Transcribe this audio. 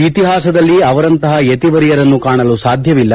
ಇತಿಹಾಸದಲ್ಲಿ ಅವರಂತಹ ಯತಿವರ್ಯರನ್ನು ಕಾಣಲು ಸಾಧ್ಯವಿಲ್ಲ